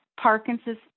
Parkinson's